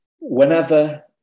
Whenever